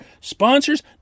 sponsors